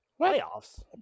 Playoffs